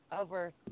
over